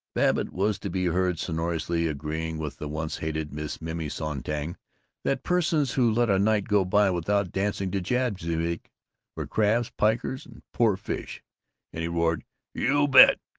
babbitt was to be heard sonorously agreeing with the once-hated miss minnie sonntag that persons who let a night go by without dancing to jazz music were crabs, pikers, and poor fish and he roared you bet!